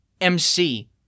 MC